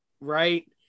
right